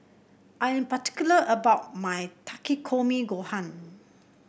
I am particular about my Takikomi Gohan